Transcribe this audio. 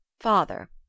Father